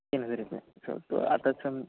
ते नजरेंतल्यान सो तूं आतांतसून